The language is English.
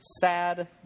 sad